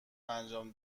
انجام